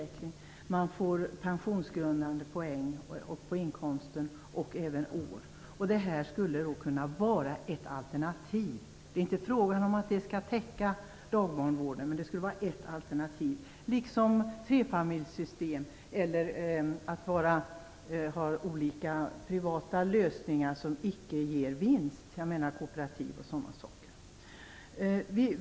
Inkomsten ger pensionsgrundande poäng och år. Detta skulle kunna vara ett alternativ. Det är inte fråga om att täcka dagbarnvården. Men det skulle, som sagt, vara ett alternativ, liksom trefamiljssystem eller olika privata lösningar som icke ger vinst - kooperativ o.d.